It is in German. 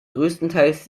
größtenteils